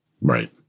Right